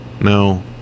no